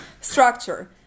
structure